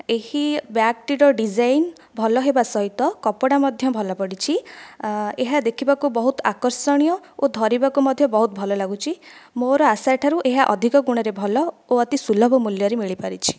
ଏହି ବ୍ୟାଗ ଟିର ଡିଜାଇନ ଭଲ ହେବା ସହିତ କପଡ଼ା ମଧ୍ୟ ଭଲ ପଡ଼ିଛି ଏହା ଦେଖିବାକୁ ବହୁତ ଆକର୍ଷଣୀୟ ଓ ଧରିବାକୁ ମଧ୍ୟ ବହୁତ ଭଲ ଲାଗୁଛି ମୋର ଆଶା ଠାରୁ ଏହା ଅଧିକ ଗୁଣ ରେ ଭଲ ଓ ଅତି ସୁଲଭ ମୂଲ୍ୟରେ ମିଳି ପାରିଛି